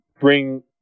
bring